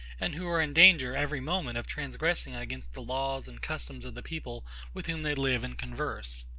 and who are in danger every moment of transgressing against the laws and customs of the people with whom they live and converse.